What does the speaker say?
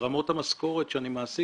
רמות המשכורת שאני מעסיק,